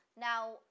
now